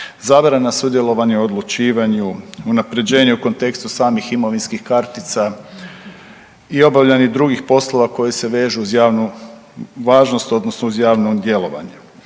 zabrana sudjelovanja i odlučivanja, unapređenje u kontekstu samih imovinskih kartica i obavljanje drugih poslova koji se vežu uz javnu važnost odnosno uz javno djelovanje.